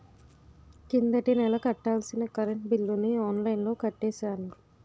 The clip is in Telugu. కిందటి నెల కట్టాల్సిన కరెంట్ బిల్లుని ఆన్లైన్లో కట్టేశాను